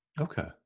Okay